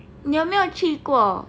你有没有去过